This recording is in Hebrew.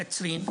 קצרין,